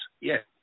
Yes